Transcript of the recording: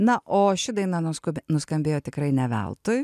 na o ši daina nuskub nuskambėjo tikrai ne veltui